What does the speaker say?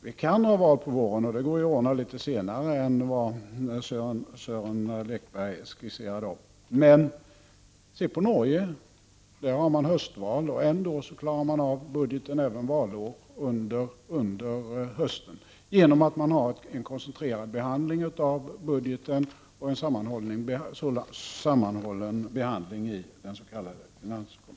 Vi kan ha val på våren, och det går att ordna litet senare än vad Sören Lekberg skisserade. Se på Norge! Där har man höstval, och ändå klarar man av budgeten under hösten även valår, genom att man har en koncentrerad behandling av budgeten och en sammanhållen behandling i den s.k. finanskommittén.